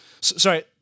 sorry